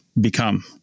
become